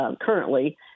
currently